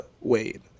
Wade